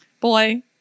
boy